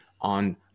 on